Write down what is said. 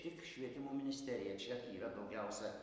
tik švietimo ministerija čia yra daugiausia